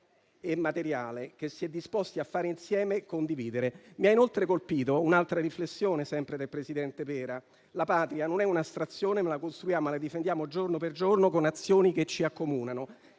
e materiale che si è disposti a fare insieme e condividere. Mi ha inoltre colpito un'altra riflessione, sempre del presidente Pera: la Patria non è un'astrazione, ma la costruiamo e la difendiamo giorno per giorno con azioni che ci accomunano.